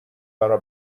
برا